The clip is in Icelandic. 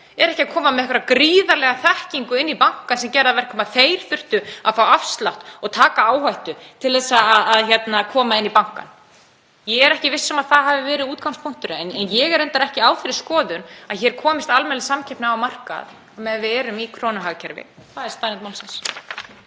eru ekki að koma með einhverja gríðarlega þekkingu inn í bankann sem gerir að verkum að þeir þurftu að fá afslátt og taka áhættu til að koma inn í bankann. Ég er ekki viss um að það hafi verið útgangspunkturinn en ég er reyndar ekki á þeirri skoðun að hér komist á almennileg samkeppni á markaði meðan við erum í krónuhagkerfi. Það er staðreynd málsins.